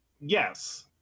Yes